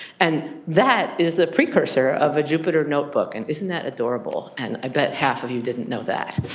and that is the precursor of a jupyter notebook. and isn't that adorable? and i bet half of you didn't know that.